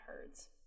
herds